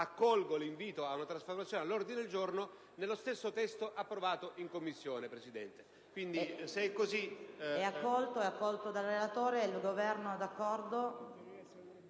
accolgo l'invito alla sua trasformazione in ordine del giorno, nello stesso testo approvato in Commissione.